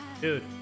Dude